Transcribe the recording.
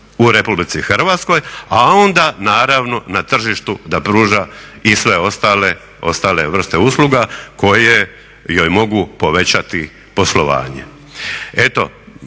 u RH, a onda naravno na tržištu da pruža i sve ostale, ostale vrste usluga koje joj mogu povećati poslovanje.